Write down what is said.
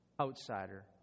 outsider